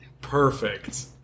Perfect